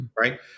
right